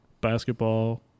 basketball